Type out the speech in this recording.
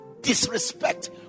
disrespect